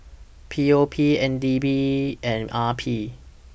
P O P N D B and R P